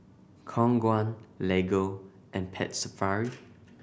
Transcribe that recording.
Khong Guan Lego and Pet Safari